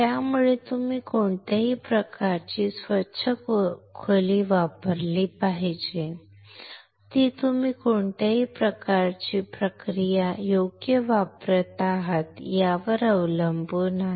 त्यामुळे तुम्ही कोणत्या प्रकारची स्वच्छ खोली वापरली पाहिजे ती तुम्ही कोणत्या प्रकारची प्रक्रिया योग्य वापरत आहात यावर अवलंबून आहे